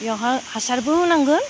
बेवहाय हासारबो होनांगोन